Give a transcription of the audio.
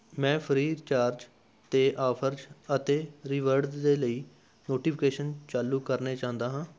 ਮੈਂ free recharge 'ਤੇ offers ਅਤੇ ਰਿਵਾਰਡਜ਼ ਦੇ ਲਈ ਨੋਟੀਫਿਕੇਸ਼ਨ ਚਾਲੂ ਕਰਨੇ ਚਾਹੁੰਦਾ ਹਾਂ